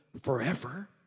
forever